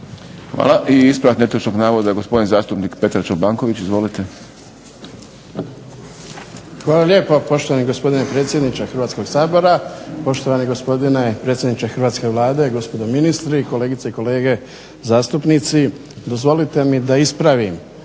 Hvala. I ispravak netočnog navoda gospodin zastupnik Petar Čobanković. Izvolite. **Čobanković, Petar (HDZ)** Hvala lijepa poštovani gospodine predsjedniče Hrvatskog sabora. Poštovani gospodine predsjedniče hrvatske Vlade, gospodo ministri, kolegice i kolege zastupnici. Dozvolite mi da ispravim